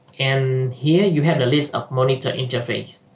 and here you have a list of monitor interface